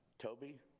Toby